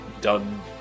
done